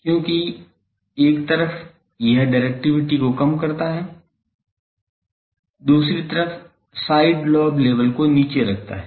क्योंकि एक तरफ यह डाइरेक्टिविटी को कम करता है दूसरा तरफ साइड लोब लेवल को नीचे रखता है